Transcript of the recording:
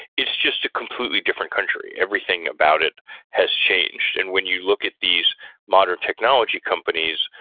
it's just a completely different country. everything about it has changed. and when you look at these modern technology companies,